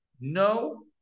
no